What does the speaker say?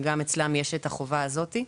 וגם אצלם יש את החובה הזאת,